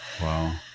Wow